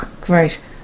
Great